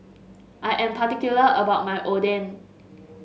I am particular about my Oden